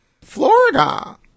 Florida